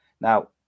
Now